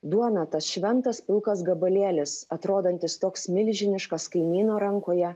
duona tas šventas pilkas gabalėlis atrodantis toks milžiniškas kaimyno rankoje